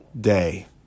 day